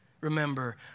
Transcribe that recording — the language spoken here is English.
Remember